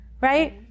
right